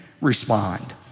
respond